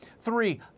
Three